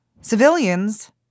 Civilians